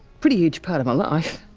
pretty huge part of my life.